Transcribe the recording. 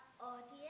audience